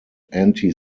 anti